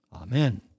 Amen